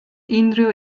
unrhyw